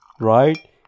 Right